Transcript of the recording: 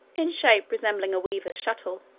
in shape resembling a weaver's shuttle.